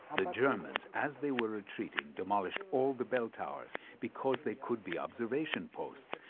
the germans, as they were retreating demolished all the bell towers because they could be observation posts.